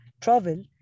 travel